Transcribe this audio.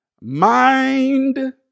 Mind